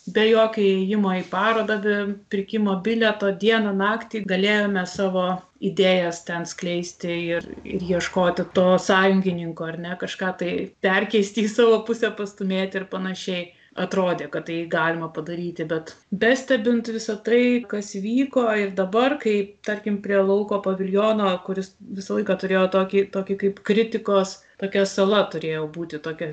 be jokio įėjimo į parodą be pirkimo bilieto dieną naktį galėjome savo idėjas ten skleisti ir ie ieškoti to sąjungininko ar ne kažką tai perkeisti į savo pusę pastūmėti ir panašiai atrodė kad tai galima padaryti bet bestebint visa tai kas vyko ir dabar kai tarkim prie lauko paviljono kuris visą laiką turėjo tokį tokį kaip kritikos tokia sala turėjo būti tokia